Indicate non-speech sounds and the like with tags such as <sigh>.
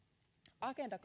agenda <unintelligible>